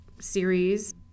series